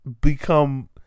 become